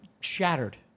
shattered